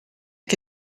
che